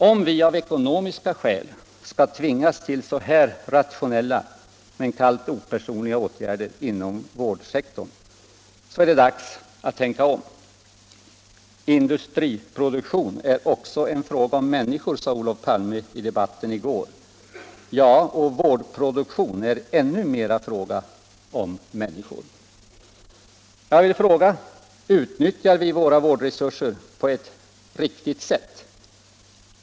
Om vi av ekonomiska skäl skall tvingas till så här rationella men kallt opersonliga åtgärder inom vårdsektorn är det dags att tänka om. Industriproduktion är också en fråga om människor, sade Olof Palme i debatten i går. Ja, och vårdproduktion är ännu mera en fråga om människor. Jag vill fråga: Utnyttjar vi våra vårdresurser på riktigt sätt?